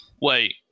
Wait